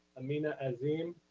amina azim.